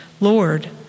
Lord